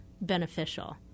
beneficial